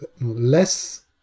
less